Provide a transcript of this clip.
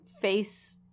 face